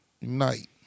night